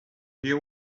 hear